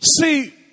See